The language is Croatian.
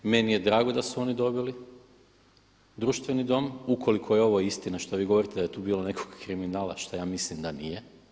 Meni je drago da su oni dobili društveni dom ukoliko je ovo istina što vi govorite da je tu bilo nekakvog kriminala šta ja mislim da nije.